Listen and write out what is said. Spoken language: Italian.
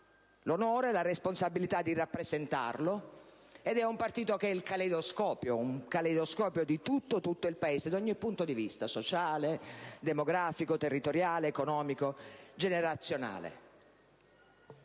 l'onore e la responsabilità di rappresentarlo. È un Partito che è il caleidoscopio di tutto il Paese da ogni punto di vista (sociale, demografico, territoriale, economico e generazionale).